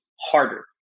harder